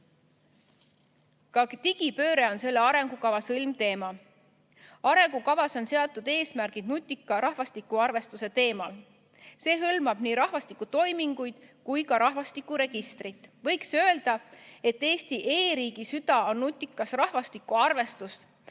digipööre on selle arengukava sõlmteema. Arengukavas on seatud eesmärgid nutika rahvastikuarvestuse teemal. See hõlmab nii rahvastiku toiminguid kui ka rahvastikuregistrit. Võiks öelda, et Eesti e‑riigi süda on nutikas rahvastikuarvestus,